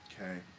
Okay